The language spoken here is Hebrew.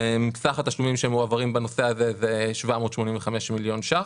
כשסך התשלומים שמועברים בנושא זה 785 מיליון ₪,